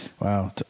Wow